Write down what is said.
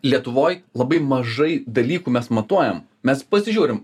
lietuvoj labai mažai dalykų mes matuojam mes pasižiūrim